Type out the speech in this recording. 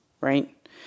right